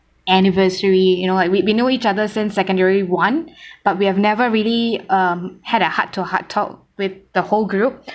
anniversary you know what we we know each other since secondary one but we have never really um had a heart-to-heart talk with the whole group